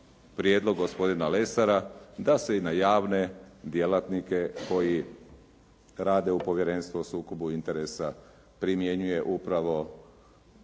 prijedlog gospodina Lesara da se i na javne djelatnike koji rade u Povjerenstvu o sukobu interesa primjenjuje upravo